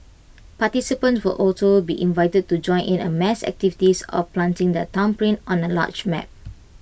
participants will also be invited to join in A mass activity of planting their thumbprint on A large map